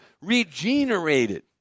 regenerated